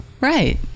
Right